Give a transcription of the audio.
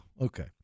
okay